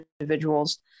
individuals